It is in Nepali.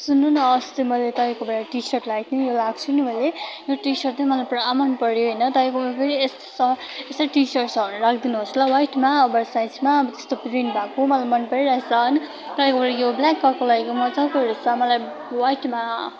सुन्नु न अस्ति मैले तपाईँकोबाट टी सर्ट लगेको थिएँ नि यो लगाएको छु नि मैले यो टी सर्ट चाहिँ मलाई पुरा मन पऱ्यो होइन तपाईँकोमा फेरि यस्तै यस्तै टी सर्ट छ भने राखिदिनुहोस् ल व्हाइटमा ओभर साइजमा त्यस्तो प्रिन्ट भएको मलाई मन परिरहेको छ तपाईँकोबाट यो ब्ल्याक कलरको लगेको मजाको रहेछ मलाई व्हाइटमा